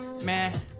man